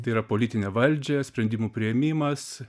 tai yra politinę valdžią sprendimų priėmimas